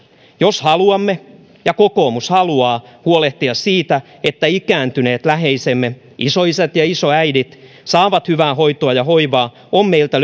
jos haluamme ja kokoomus haluaa huolehtia siitä että ikääntyneet läheisemme isoisät ja isoäidit saavat hyvää hoitoa ja hoivaa on meiltä